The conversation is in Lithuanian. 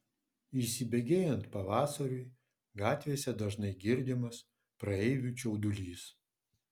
įsibėgėjant pavasariui gatvėse dažnai girdimas praeivių čiaudulys